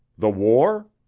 the war?